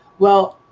well,